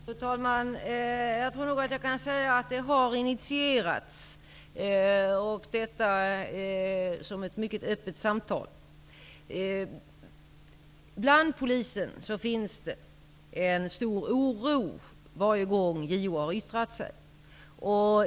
Fru talman! Ett sådant samtal har initierats, och det är ett mycket öppet samtal. Det finns hos Polisen en väldigt stor oro varje gång JO yttrar sig.